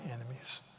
enemies